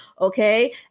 Okay